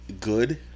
good